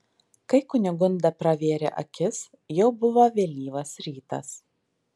kai kunigunda pravėrė akis jau buvo vėlyvas rytas